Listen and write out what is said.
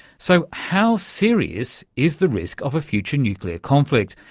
so how serious is the risk of a future nuclear conflict?